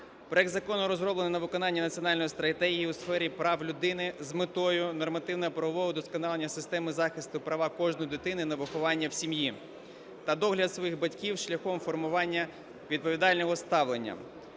Проект закону розроблений на виконання Національної стратегії у сфері прав людини з метою нормативно-правового вдосконалення системи захисту права кожної дитини на виховання в сім'ї та догляд своїх батьків шляхом формування відповідального ставлення.